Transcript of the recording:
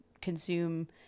consume